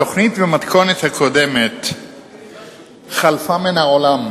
התוכנית במתכונת הקודמת חלפה מן העולם,